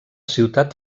ciutat